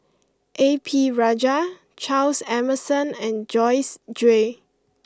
A P Rajah Charles Emmerson and Joyce Jue